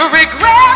regret